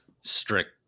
strict